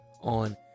on